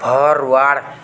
forward